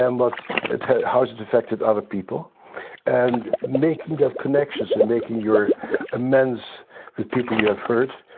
um but ah how has it affected other people and making those connections and making your amends with people you have hurt.